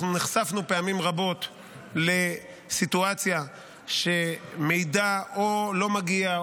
אנחנו נחשפנו פעמים רבות לסיטואציה שמידע לא מגיע,